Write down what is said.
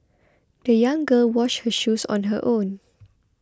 the young girl washed her shoes on her own